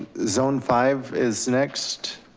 zone five is next.